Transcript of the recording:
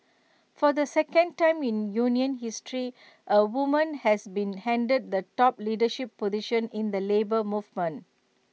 for the second time in union history A woman has been handed the top leadership position in the Labour Movement